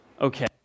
okay